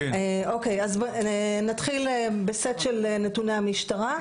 אוקי, אז נתחיל בסט של נתוני המשטרה.